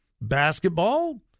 basketball